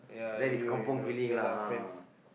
that is kampung feeling lah ah